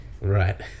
right